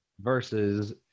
versus